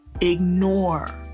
ignore